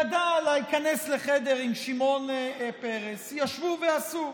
ידע להיכנס לחדר עם שמעון פרס, ישבו ועשו.